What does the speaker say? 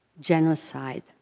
genocide